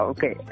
Okay